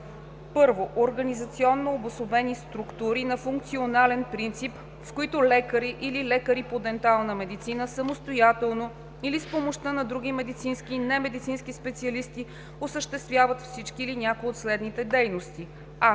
са: 1. организационно обособени структури на функционален принцип, в които лекари или лекари по дентална медицина самостоятелно или с помощта на други медицински и немедицински специалисти осъществяват всички или някои от следните дейности: а)